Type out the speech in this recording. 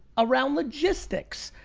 around logistics.